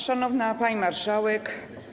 Szanowna Pani Marszałek!